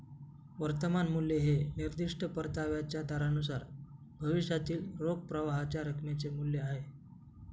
वर्तमान मूल्य हे निर्दिष्ट परताव्याच्या दरानुसार भविष्यातील रोख प्रवाहाच्या रकमेचे मूल्य आहे